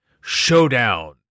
Showdown